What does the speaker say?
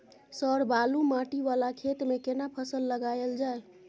Sir बालू माटी वाला खेत में केना फसल लगायल जाय?